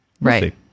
Right